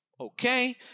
okay